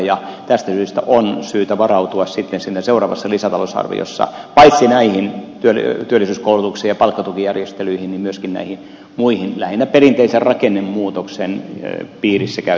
tästä syystä on syytä varautua sitten siinä seuraavassa lisätalousarviossa paitsi näihin työllisyyskoulutuksiin ja palkkatukijärjestelyihin niin myöskin näihin muihin lähinnä perinteisen rakennemuutoksen piirissä käy